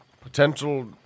potential